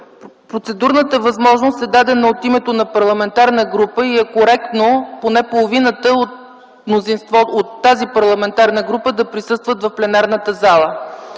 Процедурната възможност е дадена от името на парламентарна група и е коректно поне половината от тази парламентарна група да присъстват в пленарната зала.